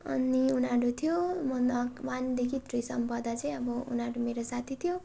अनि उनीहरू थियो म अ कमानदेखि थ्रीसम्म पढ्दा चाहिँ अब उनीहरू मेरो साथी थियो